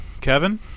Kevin